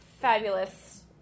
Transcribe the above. fabulous